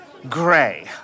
Gray